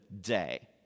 day